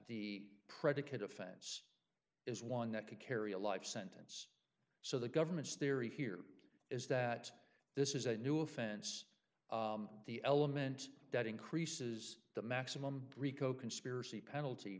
the predicate offense is one that could carry a life sentence so the government's theory here is that this is a new offense the element that increases the maximum rico conspiracy penalty